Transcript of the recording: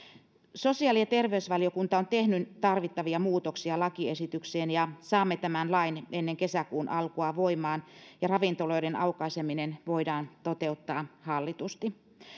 sosiaali ja terveysvaliokunta on tehnyt tarvittavia muutoksia lakiesitykseen ja saamme tämän lain ennen kesäkuun alkua voimaan ja ravintoloiden aukaiseminen voidaan toteuttaa hallitusti